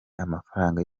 amafaranga